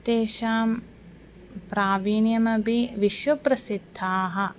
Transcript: तेषां प्रावीण्यमपि विश्वप्रसिद्धाः